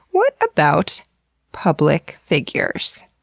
what about public figures?